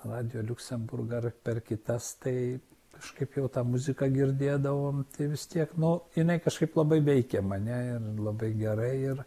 radio liuksemburgą ar per kitas tai kažkaip jau tą muziką girdėdavom tai vis tiek nu jinai kažkaip labai veikė mane ir labai gerai ir